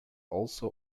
also